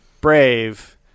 Brave